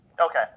Okay